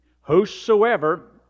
whosoever